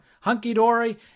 hunky-dory